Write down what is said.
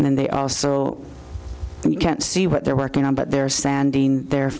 and then they also can't see what they're working on but they're standing there